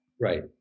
Right